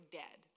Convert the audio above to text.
dead